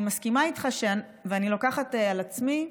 אני מסכימה איתך, ואני לוקחת על עצמי,